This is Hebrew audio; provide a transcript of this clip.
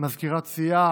ממזכירת סיעה,